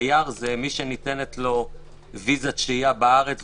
תייר זה מי שניתנת לו ויזת שהייה בארץ.